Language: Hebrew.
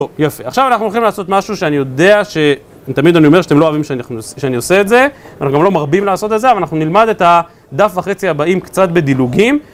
יפה, עכשיו אנחנו הולכים לעשות משהו, שאני יודע שתמיד אני אומר שאתם לא אוהבים שאני עושה את זה, אנחנו גם לא מרבים לעשות את זה, אבל אנחנו נלמד את הדף וחצי הבאים קצת בדילוגים...